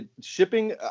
shipping –